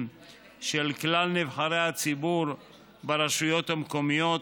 של כלל נבחרי הציבור ברשויות המקומיות,